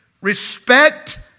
Respect